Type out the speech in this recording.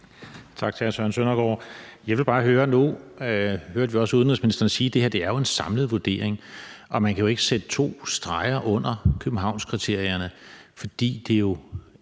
hr. Søren Søndergaard. Nu hørte vi også udenrigsministeren sige, at det her jo er en samlet vurdering, og man kan jo ikke sætte to streger under Københavnskriterierne, fordi det er en